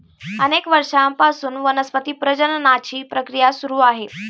अनेक वर्षांपासून वनस्पती प्रजननाची प्रक्रिया सुरू आहे